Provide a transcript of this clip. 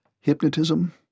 Hypnotism